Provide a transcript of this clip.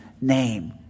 name